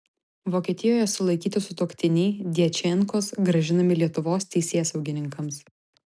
vokietijoje sulaikyti sutuoktiniai djačenkos grąžinami lietuvos teisėsaugininkams